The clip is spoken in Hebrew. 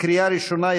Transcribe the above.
לקריאה ראשונה.